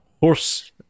horse